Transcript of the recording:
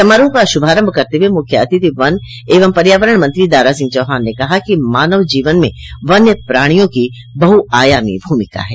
समारोह का शुभारम्भ करते हुए मुख्य अतिथि वन एवं पर्यावरण मंत्री दारा सिंह चौहान ने कहा कि मानव जीवन में वन्य प्राणियों की बहुआयामी भूमिका है